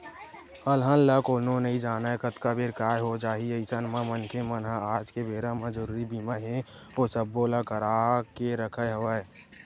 अलहन ल कोनो नइ जानय कतका बेर काय हो जाही अइसन म मनखे मन ह आज के बेरा म जरुरी बीमा हे ओ सब्बो ल करा करा के रखत हवय